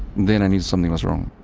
then i knew something was wrong.